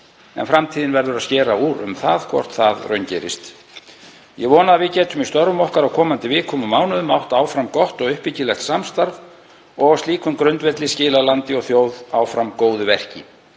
en framtíðin verður að skera úr um hvort það raungerist. Ég vona að við getum í störfum okkar á komandi vikum og mánuðum átt áfram gott og uppbyggilegt samstarf og á slíkum grundvelli skilað landi og þjóð áfram góðu verki.